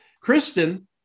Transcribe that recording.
Kristen